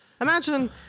Imagine